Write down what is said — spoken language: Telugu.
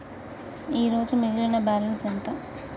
ఈరోజు మిగిలిన బ్యాలెన్స్ ఎంత?